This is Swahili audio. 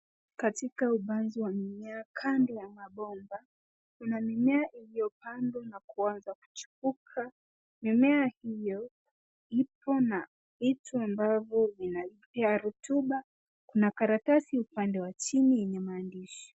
Katika upanzi wa mimea kando ya mabomba, kuna mimea iliyopandwa na kuanza kuchipuka. Mimea hiyo ipo na vitu ambavyo ni vya rotuba. Kuna karatasi upande wa chini yenye maandishi.